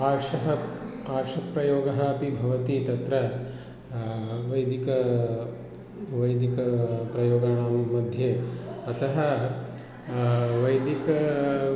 आर्षः आर्षप्रयोगः अपि भवति तत्र वैदिकः वैदिकः प्रयोगाणांमध्ये अतः वैदिकः